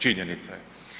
Činjenica je.